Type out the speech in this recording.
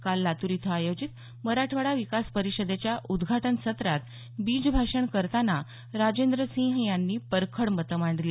काल लातूर इथं आयोजित मराठवाडा विकास परिषदेच्या उद्घाटन सत्रात बीज भाषण करताना राजेंद्रसिंह यांनी परखड मतं मांडली